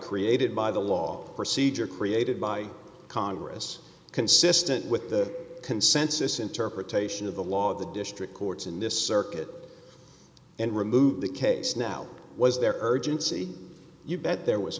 created by the law procedure created by congress consistent with the consensus interpretation of the law the district courts in this circuit and remove the case now was their urgency you bet there was